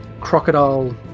crocodile